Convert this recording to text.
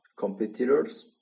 competitors